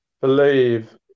Believe